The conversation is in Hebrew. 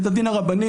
בית הדין הרבני,